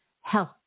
health